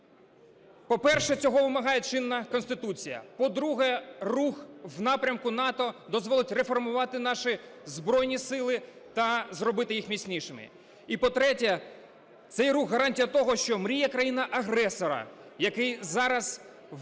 По-перше, цього вимагає чинна Конституція. По-друге, рух в напрямку НАТО дозволить реформувати наші Збройні Сили та зробити їх міцнішими. І, по-третє, цей рух – гарантія того, що мрія країни - агресора, який зараз мріє